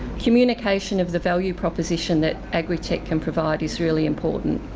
communication of the value proposition that agritech can provide is really important.